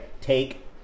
Take